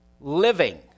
living